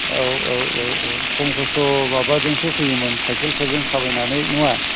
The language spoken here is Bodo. औ औ औ औ खम खस्थ' माबाजोंसो फैयोमोन साइकेलफोरजों थाबायनानै नङा